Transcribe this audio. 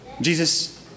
Jesus